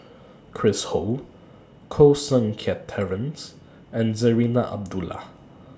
Chris Ho Koh Seng Kiat Terence and Zarinah Abdullah